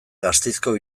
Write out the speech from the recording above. gasteizko